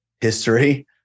history